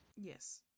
Yes